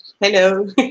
hello